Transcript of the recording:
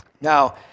Now